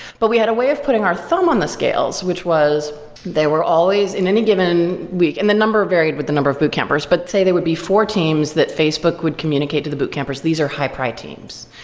but we had a way of putting our thumb on the scales, which was they were always in any given week, and the number varied with the number of boot campers. but say there would be four teams that facebook would communicate to the boot campers, these are high-pri teams.